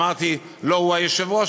ואמרתי: לא הוא היושב-ראש,